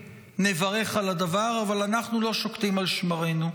נברך על הדבר אבל אנחנו לא שוקטים על שמרינו.